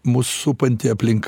mus supanti aplink